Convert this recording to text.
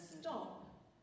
stop